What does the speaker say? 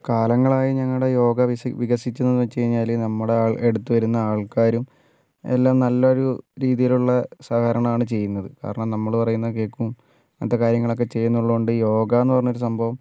കാലങ്ങളായി ഞങ്ങളുടെ യോഗ വികസിച്ചു എന്നു വച്ചു കഴിഞ്ഞാൽ നമ്മുടെ അടുത്തു വരുന്ന ആൾക്കാരും എല്ലാം നല്ലൊരു രീതിയിലുള്ള സഹകരണമാണ് ചെയ്യുന്നത് കാരണം നമ്മൾ പറയുന്നത് കേൾക്കും അങ്ങനത്തെ കാര്യങ്ങളൊക്കെ ചെയ്യുന്നുള്ളതുകൊണ്ട് യോഗയെന്ന് പറഞ്ഞൊരു സംഭവം